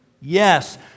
Yes